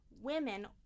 women